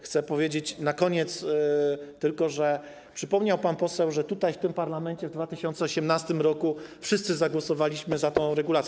Chcę powiedzieć na koniec tylko, że przypomniał pan poseł, że tutaj, w parlamencie, w 2018 r. wszyscy zagłosowaliśmy za tą regulacją.